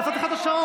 עצרתי לך את השעון.